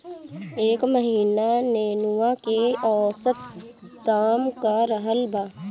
एह महीना नेनुआ के औसत दाम का रहल बा?